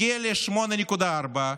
הגיע ל-8.4,